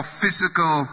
physical